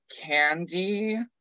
Candy